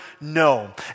no